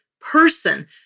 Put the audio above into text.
person